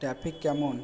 traffic কেমন